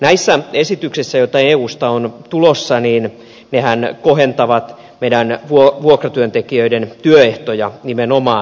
nämä esityksethän jotka eusta ovat tulossa kohentavat meidän vuokratyöntekijöiden työehtoja nimenomaan